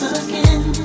again